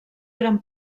eren